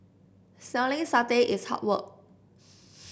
selling satay is hard work